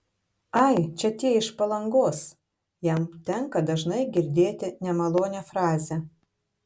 ai čia tie iš palangos jam tenka dažnai girdėti nemalonią frazę